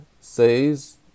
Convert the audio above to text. says